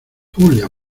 julia